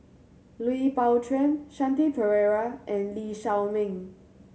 Lui Pao Chuen Shanti Pereira and Lee Shao Meng